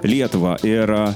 lietuvą ir